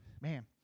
man